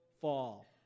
fall